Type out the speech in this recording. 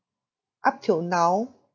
up till now